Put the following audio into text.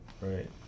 Right